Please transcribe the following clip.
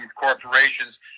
corporations